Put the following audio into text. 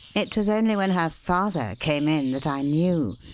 it was only when her father came in that i knew.